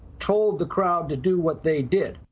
told the crowd to do what they did.